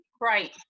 Right